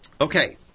Okay